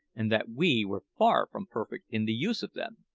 and that we were far from perfect in the use of them.